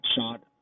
shot